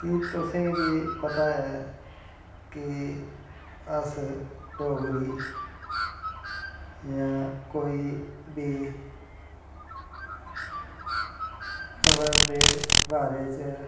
कि तुसेंगी पता ऐ कि अस डोगरी इयां कोई बी खबर दे बारे च